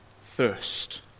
thirst